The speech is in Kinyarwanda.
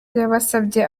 yabasabye